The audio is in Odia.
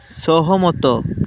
ସହମତ